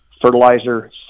fertilizer